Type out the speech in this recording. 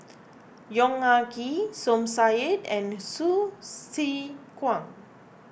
Yong Ah Kee Som Said and Hsu Tse Kwang